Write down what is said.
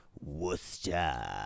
Worcester